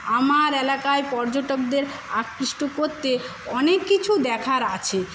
আমার এলাকায় পর্যটকদের আকৃষ্ট করতে অনেক কিছু দেখার আছে